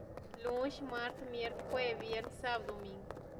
Lunll mart mierkwe jueve viernen sabad domingkw